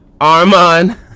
Arman